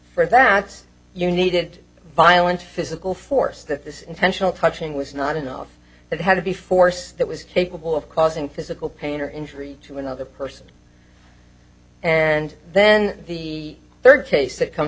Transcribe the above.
for that you needed violent physical force that this intentional touching was not enough it had to be force that was capable of causing physical pain or injury to another person and then the third case that comes